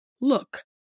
Look